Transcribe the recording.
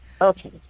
Okay